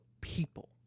people